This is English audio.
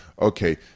okay